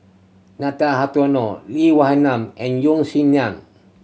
Nathan Hartono Lee Wee Nam and Yeo Song Nian